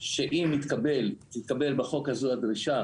שאם תתקבל בחוק הזה הדרישה